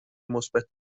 مثبت